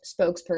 spokesperson